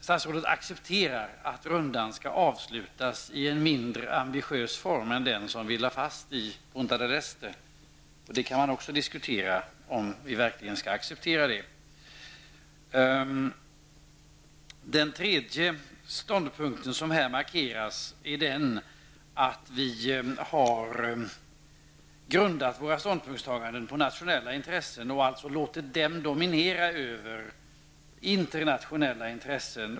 För det andra accepterar statsrådet att rundan skall avslutas i en mindre ambitiös form än den som vi lade fast i Punta del Este. Frågan om huruvida vi verkligen skall acceptera detta kan också diskuteras. För det tredje markeras här att våra ståndpunkter har grundats på nationella intressen. Vi har låtit dessa dominera över internationella intressen.